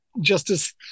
Justice